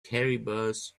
caribous